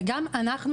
וגם אנחנו,